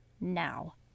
now